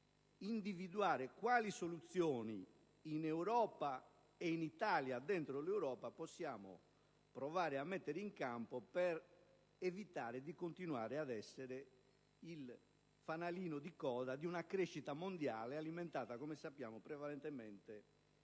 individuare quali soluzioni in Europa e, dentro l'Europa, in Italia, possiamo provare a mettere in campo per evitare di continuare ad essere il fanalino di coda di una crescita mondiale alimentata, come sappiamo, prevalentemente